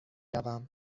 روم